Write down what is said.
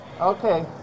Okay